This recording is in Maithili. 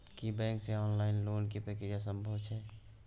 की बैंक से ऑनलाइन लोन के प्रक्रिया संभव छै?